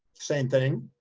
same thing.